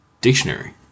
dictionary